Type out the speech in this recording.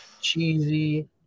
cheesy